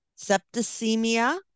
Septicemia